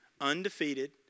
undefeated